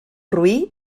roí